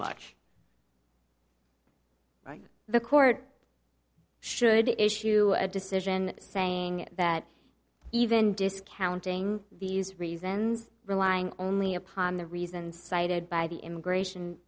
much the court should issue a decision saying that even discounting these reasons relying only upon the reasons cited by the immigration